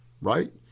Right